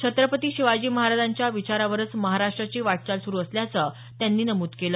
छत्रपती शिवाजी महाराजांच्या विचारावरच महाराष्ट्राची वाटचाल सुरु असल्याचं त्यांनी नमूद केलं